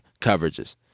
coverages